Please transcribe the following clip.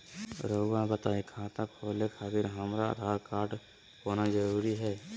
रउआ बताई खाता खोले खातिर हमरा आधार कार्ड होना जरूरी है?